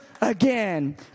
again